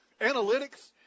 Analytics